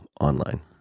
online